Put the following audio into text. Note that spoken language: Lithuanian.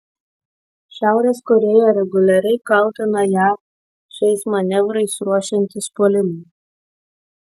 šiaurės korėja reguliariai kaltina jav šiais manevrais ruošiantis puolimui